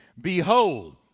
Behold